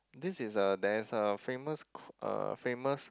this is a there is a famous uh famous